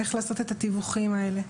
איך לעשות את התיווכים האלה,